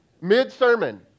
Mid-sermon